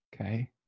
okay